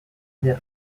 del